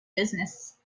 business